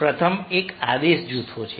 પ્રથમ એક આદેશ જૂથો છે